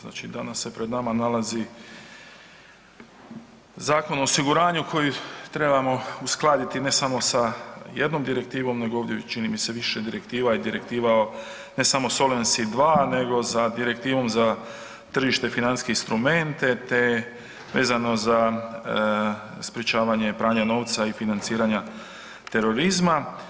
Znači danas se pred nama nalazi Zakon o osiguranju koji trebamo uskladiti, ne samo sa jednom direktivom nego ovdje, čini mi se više direktiva i direktiva o, ne samo Solvency II nego za direktivom za tržište financijske instrumente te vezano za sprječavanje pranja novca i financiranja terorizma.